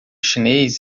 chinês